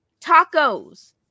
tacos